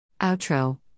Outro